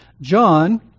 John